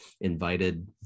invited